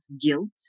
guilt